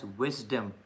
wisdom।